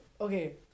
okay